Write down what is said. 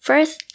First